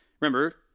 remember